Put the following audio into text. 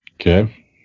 Okay